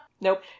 Nope